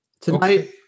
tonight